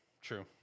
true